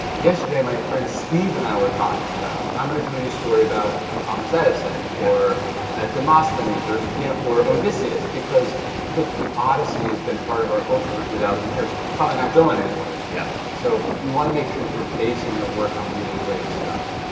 yesterday my friend steve and i were talking about, i'm gonna tell you a story about thomas edison or ah demosthenes or yeah or odysseus because the the odyssey has been part of our culture for two thousand years, probably not going anywhere. yeah. so you want to make sure that you're basing your work on really great stuff.